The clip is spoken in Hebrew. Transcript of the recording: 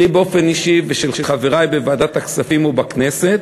באופן אישי ושל חברי בוועדת הכספים ובכנסת,